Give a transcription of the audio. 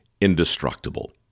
indestructible